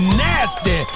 nasty